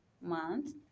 month